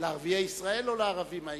לערביי ישראל, או לערבים?